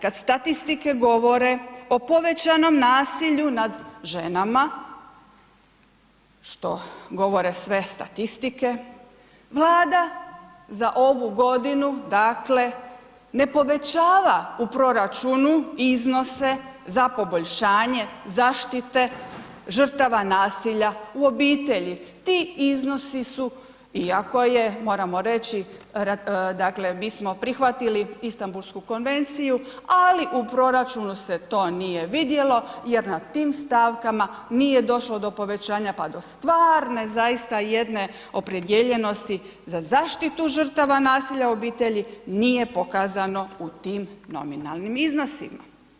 Kad statistike govore o povećanom nasilju nad ženama, što govore sve statistike, Vlada za ovu godinu dakle ne povećava u proračunu iznose za poboljšanje zaštite žrtava nasilja u obitelji, ti iznosi su, iako su, moramo reći dakle mi smo prihvatili Istambulsku konvenciju, ali u proračunu se to nije vidjelo jer na tim stavkama nije došlo do povećanja, pa do stvarne zaista jedne opredijeljenosti za zaštitu žrtava nasilja u obitelji, nije pokazano u tim nominalnim iznosima.